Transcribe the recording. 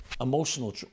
Emotional